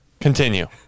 Continue